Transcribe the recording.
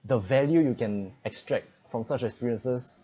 the value you can extract from such experiences